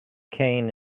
cane